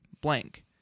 blank